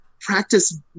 practice